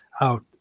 out